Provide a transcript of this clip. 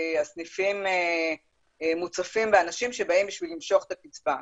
הסניפים מוצפים באנשים שבאים כדי למשוך את הקצבה.